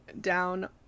down